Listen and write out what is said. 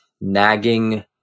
nagging